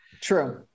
True